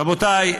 רבותיי,